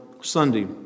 Sunday